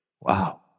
Wow